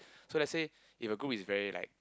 so let's say if a group is very like